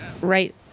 right